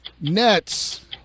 Nets